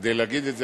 כדי להגיד את זה,